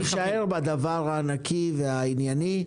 אנחנו באמת נישאר בדבר הנקי והענייני.